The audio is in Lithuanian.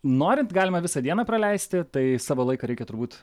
norint galima visą dieną praleisti tai savo laiką reikia turbūt